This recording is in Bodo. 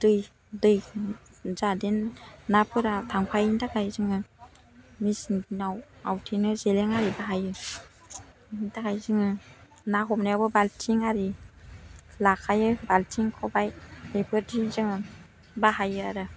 दै जाहाथे नाफोरा थांफायिनि थाखाय जोङो मेसिनाव आवथेनो जेलें आरि बाहायो बिनि थाखाय जोङो ना हमनायावबो बाल्थिं आरि लाखायो बाल्थिं ख'बाय बेफोर जों बाहायो आरो